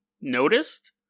noticed